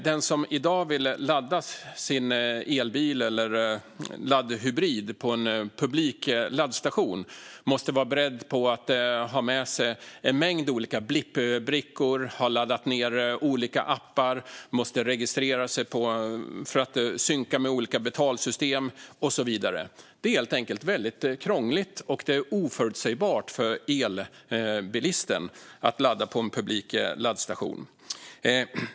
Den som i dag vill ladda sin elbil eller laddhybrid på en publik laddstation måste vara beredd på att ha med sig en mängd olika blippbrickor, att ha laddat ned olika appar och registrerat sig för att synka med olika betalsystem och så vidare. Det är helt enkelt väldigt krångligt, och det är oförutsägbart för elbilisten att ladda på en publik laddstation.